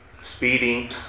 speeding